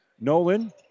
Nolan